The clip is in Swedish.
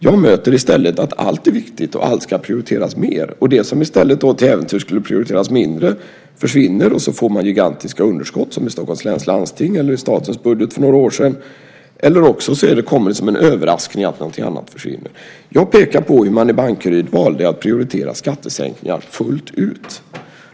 Jag möter i stället att allt är viktigt och att allt ska prioriteras högre. Det som till äventyrs skulle prioriteras lägre försvinner, och så får man gigantiska underskott som i Stockholms läns landsting eller i statens budget för några år sedan, eller också kommer det som en överraskning att någonting annat försvinner. Jag pekade på hur man i Bankeryd valde att prioritera skattesänkningar fullt ut.